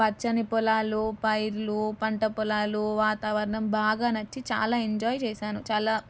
పచ్చని పొలాలు పైర్లు పంట పొలాలు వాతావరణం బాగా నచ్చి చాలా ఎంజాయ్ చేసాను చాలా